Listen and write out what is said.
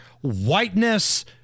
whiteness